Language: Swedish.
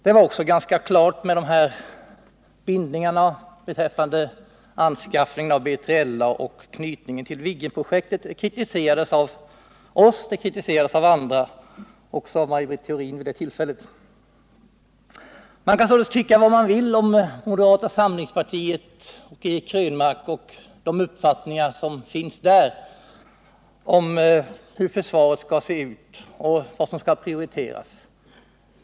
Det var också ganska klart hur det förhöll sig med bindningarna beträffande anskaffningen av B3LA och knytningen till Viggenprojektet. Detta kritiserades av oss och av andra, också av Maj Britt Theorin vid det tillfället. Man kan tycka vad man vill om moderata samlingspartiet och Eric Krönmark och om deras uppfattning om hur försvaret skall se ut och om vad som skall prioriteras.